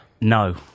No